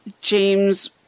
James